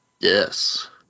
Yes